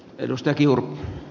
edustajilla